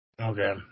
Okay